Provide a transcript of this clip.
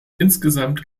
insgesamt